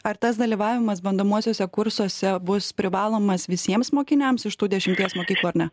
ar tas dalyvavimas bandomuosiuose kursuose bus privalomas visiems mokiniams iš tų dešimties mokyklų ar ne